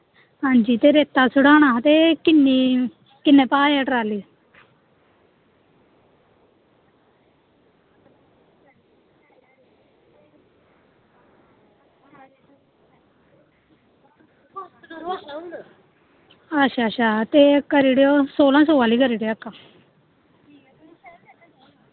ते रेत्ता सटाना हा ते किन्नें किन्नीं तांह् ऐ ट्राली अच्छा अच्छा ते करी ओड़ेओ सोलां सौ आह्ली करी ओड़ेओ इक